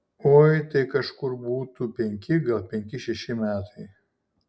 oi tai kažkur būtų penki gal penki šeši metai